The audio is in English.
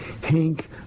Hank